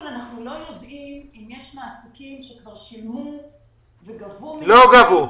לא יודעים אם יש מעסיקים שכבר שילמו וגבו --- לא גבו.